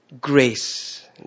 grace